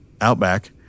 outback